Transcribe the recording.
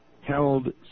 held